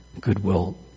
goodwill